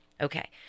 Okay